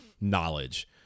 knowledge